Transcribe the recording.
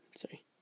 Sorry